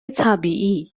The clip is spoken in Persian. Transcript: طبیعی